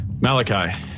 Malachi